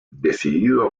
decidido